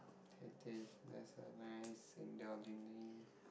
tete you're so nice indulging me